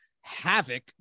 havoc